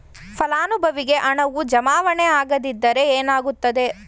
ಫಲಾನುಭವಿಗೆ ಹಣವು ಜಮಾವಣೆ ಆಗದಿದ್ದರೆ ಏನಾಗುತ್ತದೆ?